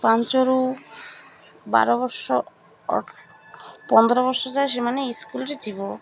ପାଞ୍ଚରୁ ବାର ବର୍ଷ ପନ୍ଦର ବର୍ଷ ଯାଏ ସେମାନେ ସ୍କୁଲ୍ରେ ଯିବ